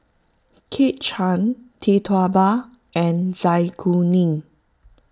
Kit Chan Tee Tua Ba and Zai Kuning